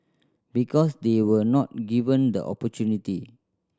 because they were not given the opportunity